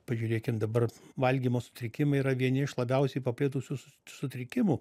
pažiūrėkim dabar valgymo sutrikimai yra vieni iš labiausiai paplitusių sutrikimų